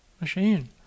machine